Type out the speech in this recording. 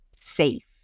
safe